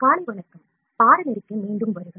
காலை வணக்கம் பாடநெறிக்கு மீண்டும் வருக